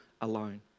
alone